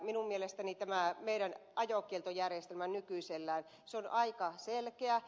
minun mielestäni tämä meidän ajokieltojärjestelmämme nykyisellään on aika selkeä